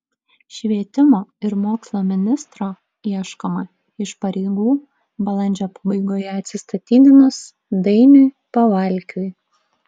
švietimo ir mokslo ministro ieškoma iš pareigų balandžio pabaigoje atsistatydinus dainiui pavalkiui